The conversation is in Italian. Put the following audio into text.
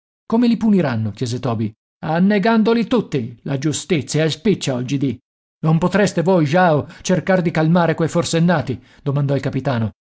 come li puniranno chiese toby annegandoli tutti la giustizia è spiccia oggidì non potreste voi jao cercar di calmare quei forsennati domandò il capitano